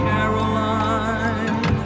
Caroline